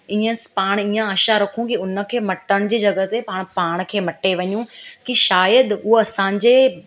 हीअं पाण हीअं आशा रखूं की उनखे मटण जी जॻह ते पाण पाण खे मटे वञूं की शायदि उहा असांजे